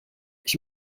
ich